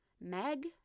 Meg